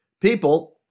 People